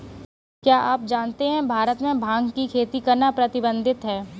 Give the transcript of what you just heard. क्या आप जानते है भारत में भांग की खेती करना प्रतिबंधित है?